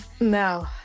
No